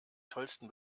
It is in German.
tollsten